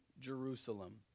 Jerusalem